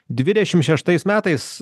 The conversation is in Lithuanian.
dvidešimt šeštais metais